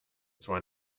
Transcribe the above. zwar